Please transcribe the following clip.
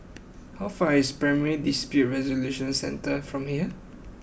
how far away is Primary Dispute Resolution Centre from here